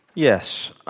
yes.